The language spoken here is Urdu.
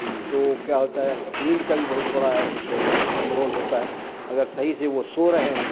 تو کیا ہوتا ہے نیند کا بھی بہت بڑا ایک اہم رول ہوتا ہے اگر صحیح سے وہ سو رہے ہیں